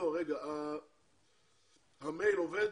המייל עובד?